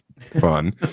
fun